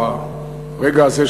או הרגע הזה,